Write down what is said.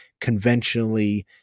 conventionally